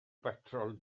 betrol